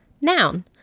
Noun